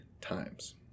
times